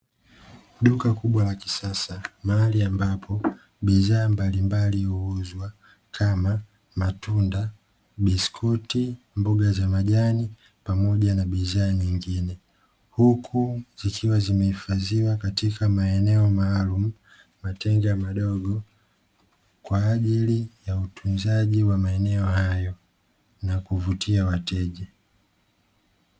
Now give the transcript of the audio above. Duka kubwa la kisasa mahali ambapo bidhaa mbalimbali huuzwa kama matunda, biskuti, mboga za majani pamoja na bidhaa zingine. Huku zikiwa zimehifadhiwa katika maeneo maalumu, matenga madogo kwa ajili ya utunzaji wa maeneo hayo na kuvutia wateja.